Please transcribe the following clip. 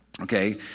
Okay